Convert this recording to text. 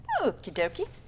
Okey-dokey